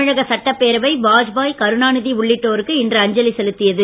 தமிழக சட்டப்பேரவை வாஜ்பாய் கருணாநிதி உள்ளிட்டோருக்கு இன்று அஞ்சலி செலுத்தியது